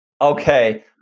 okay